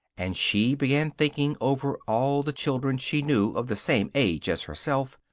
and she began thinking over all the children she knew of the same age as herself,